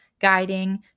guiding